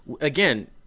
again